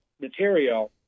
material